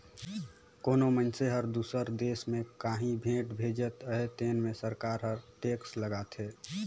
कोनो मइनसे हर दूसर देस में काहीं भेंट भेजत अहे तेन में सरकार हर टेक्स लगाथे